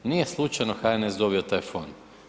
Nije slučajno HNS dobio taj fond.